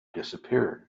disappeared